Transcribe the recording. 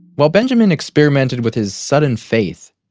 while benjamin experimented with his sudden faith,